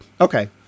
okay